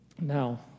Now